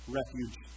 refuge